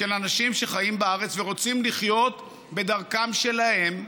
של אנשים שחיים בארץ ורוצים לחיות בדרכם שלהם,